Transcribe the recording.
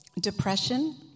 Depression